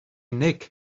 nick